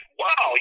wow